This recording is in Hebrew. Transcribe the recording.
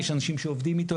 יש אנשים שעובדים אתו,